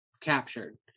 captured